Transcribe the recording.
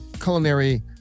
culinary